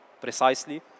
precisely